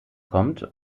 kommt